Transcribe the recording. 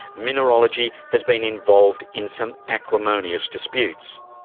mineralogy has been involved in some acrimonious disputes.